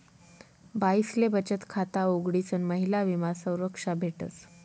बाईसले बचत खाता उघडीसन महिला विमा संरक्षा भेटस